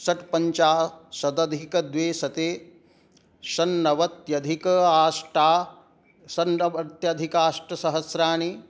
षट्पञ्चाशदधिकद्विशतं षण्णवत्यधिक अष्ट षण्णवत्यधिक अष्टसहस्राणि